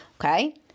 Okay